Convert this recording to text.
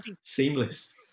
Seamless